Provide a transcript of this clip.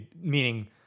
meaning